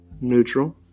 Neutral